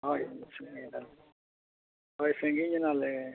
ᱦᱳᱭ ᱦᱳᱭ ᱥᱟᱺᱜᱤᱧ ᱮᱱᱟᱞᱮ